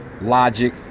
Logic